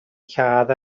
lladd